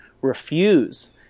refuse